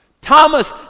Thomas